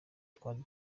twari